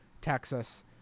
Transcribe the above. Texas